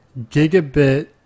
gigabit